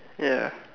ya